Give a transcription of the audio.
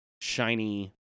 shiny